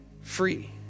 free